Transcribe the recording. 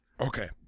okay